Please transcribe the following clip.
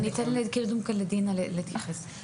אני אתן לדינה להתייחס, קודם כל.